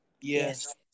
Yes